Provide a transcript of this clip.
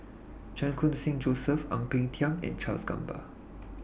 Chan Khun Sing Joseph Ang Peng Tiam and Charles Gamba